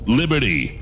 liberty